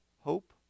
hope